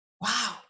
Wow